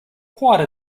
quite